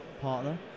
partner